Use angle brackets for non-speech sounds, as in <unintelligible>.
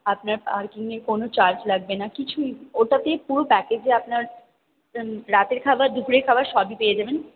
আপনার পার্কিংয়ে কোনো চার্জ লাগবে না কিছুই ওটাতে পুরো প্যাকেজে আপনার <unintelligible> রাতের খাবার দুপুরের খাবার সবই পেয়ে যাবেন